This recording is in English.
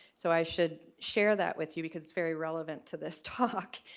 so i should share that with you because it's very relevant to this talk.